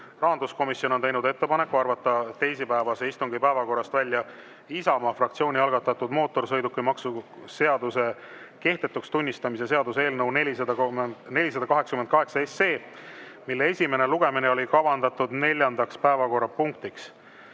Rahanduskomisjon on teinud ettepaneku arvata teisipäevase istungi päevakorrast välja Isamaa fraktsiooni algatatud mootorsõidukimaksu seaduse kehtetuks tunnistamise seaduse eelnõu 488, mille esimene lugemine oli kavandatud neljandaks päevakorrapunktiks.